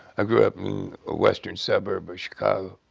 i grew up in a western suburb of chicago.